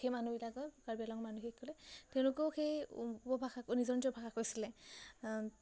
সেই মানুহবিলাকে কাৰ্বি আংলঙৰ মানুহবিলাকে তেওঁলোকেও সেই উপভাষা নিজৰ নিজৰ ভাষা কৈছিলে